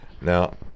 Now